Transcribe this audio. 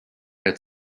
had